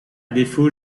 défaut